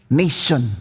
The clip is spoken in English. nation